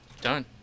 Done